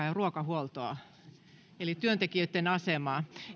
ja ruokahuoltoa eli työntekijöitten asemaa